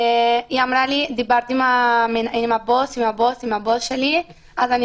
היא אמרה לי שהיא דיברה עם הבוס שלה ואז היא